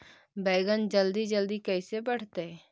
बैगन जल्दी जल्दी कैसे बढ़तै?